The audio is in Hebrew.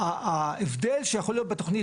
ההבדל שיכול להיות בתוכנית,